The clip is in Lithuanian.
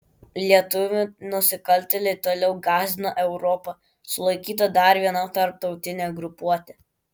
lietuvių nusikaltėliai toliau gąsdina europą sulaikyta dar viena tarptautinė grupuotė